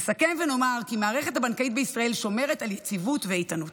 נסכם ונאמר כי המערכת הבנקאית בישראל שומרת על יציבות ואיתנות.